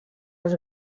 els